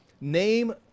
name